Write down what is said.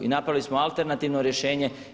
I napravili smo alternativno rješenje.